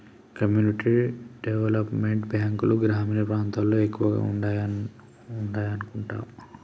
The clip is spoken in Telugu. కమ్యూనిటీ డెవలప్ మెంట్ బ్యాంకులు గ్రామీణ ప్రాంతాల్లో ఎక్కువగా ఉండాయనుకుంటా